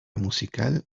musical